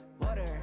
water